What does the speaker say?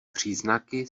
příznaky